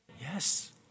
Yes